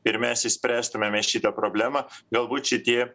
ir mes išspręstumėme šitą problemą galbūt šitie